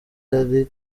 yari